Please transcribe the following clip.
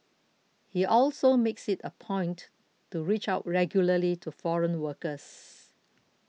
he also makes it a point to reach out regularly to foreign workers